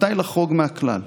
מתי לחרוג מהכלל.